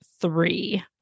three